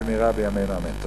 במהרה בימינו אמן.